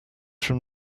from